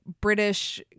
british